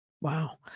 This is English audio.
Wow